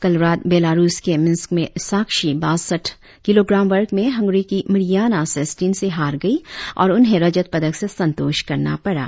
कल रात Belarus के मिंस्क में साक्षी बासठ किलोग्राम वर्ग में हंगरी की मारियाना सेस्तीन से हार गई और उन्हें रजत पदक से संतोष करना पड़ा